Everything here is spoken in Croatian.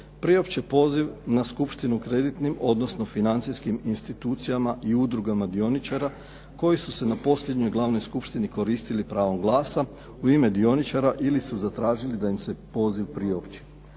priopći poziv na skupštinu kreditnim, odnosno financijskim institucijama i udrugama dioničara koji su se na posljednjoj glavnoj skupštini koristili pravom glasa u ime dioničara ili su zatražili da im se poziv priopći.